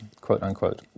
quote-unquote